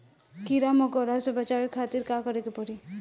कीड़ा मकोड़ा से बचावे खातिर का करे के पड़ी?